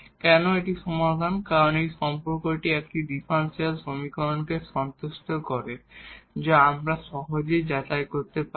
কেন এটি সমাধান কারণ এই সম্পর্কটি এই ডিফারেনশিয়াল সমীকরণকে সন্তুষ্ট করে যা আমরা সহজেই যাচাই করতে পারি